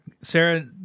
Sarah